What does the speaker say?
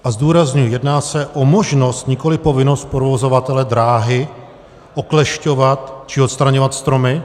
A zdůrazňuji jedná se o možnost, nikoliv povinnost provozovatele dráhy oklešťovat či odstraňovat stromy.